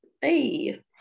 Hey